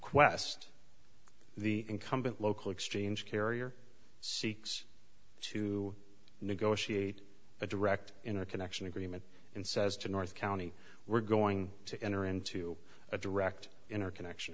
qwest the incumbent local exchange carrier seeks to negotiate a direct interconnection agreement and says to north county we're going to enter into a direct interconnection